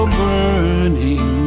burning